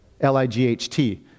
L-I-G-H-T